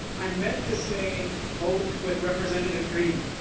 i meant to say vote with representative green.